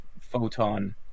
photon